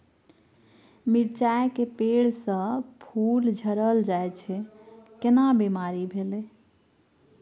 मिर्चाय के पेड़ स फूल झरल जाय छै केना बीमारी भेलई?